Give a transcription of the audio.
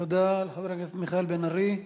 תודה רבה לחבר הכנסת מיכאל בן-ארי.